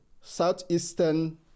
Southeastern